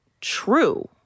true